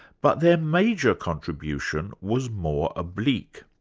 but their major contribution was more oblique.